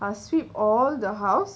I'll sweep all the house